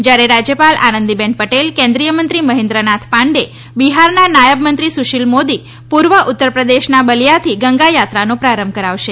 જ્યારે રાજ્યપાલ આનંદીબેન પટેલ કેન્દ્રીય મંત્રી મહેન્દ્રનાથ પાંડે બિહારના નાયબ મંત્રી સુશીલ મોદી પૂર્વ ઉત્તરપ્રદેશના બલીયાથી ગંગા યાત્રાનો પ્રારંભ કરાવશે